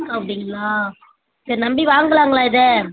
அப்படிங்களா சரி நம்பி வாங்கலாம்ங்களா இதை